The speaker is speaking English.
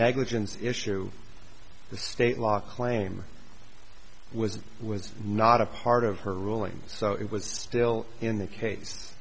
negligence issue the state law claim was was not a part of her rulings so it was still in that case